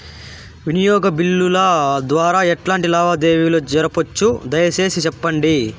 వినియోగ బిల్లుల ద్వారా ఎట్లాంటి లావాదేవీలు జరపొచ్చు, దయసేసి సెప్పండి?